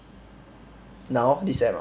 now this sem ah